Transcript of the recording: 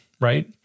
right